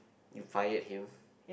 you fired him